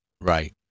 Right